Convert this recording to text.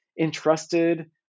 entrusted